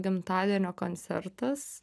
gimtadienio koncertas